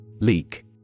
Leak